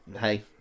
hey